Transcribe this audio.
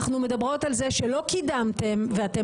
אנחנו מדברות על זה שלא קידמתם ואתם